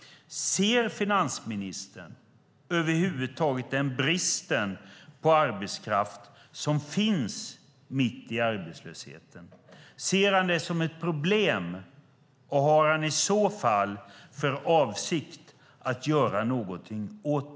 Ser finansministern över huvud taget den brist på arbetskraft som finns mitt i arbetslösheten? Ser han det som ett problem? Har han i så fall för avsikt att göra någonting åt det?